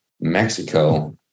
Mexico